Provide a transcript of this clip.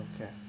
okay